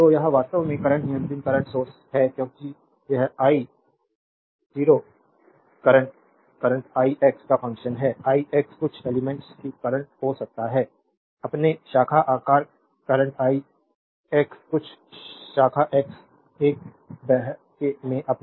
तो यह वास्तव में करंट नियंत्रित करंट सोर्स है क्योंकि यह I 0 current current I X का फंक्शन है आई एक्स कुछ एलिमेंट्स की करंट हो सकता है अपने शाखा आकार करंट आई एक्स कुछ शाखा एक्स एक बह में अपने